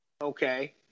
okay